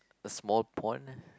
a small pond